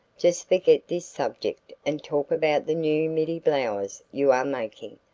just forget this subject and talk about the new middy-blouse you are making,